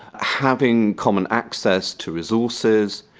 having common access to resources,